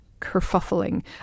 kerfuffling